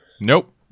Nope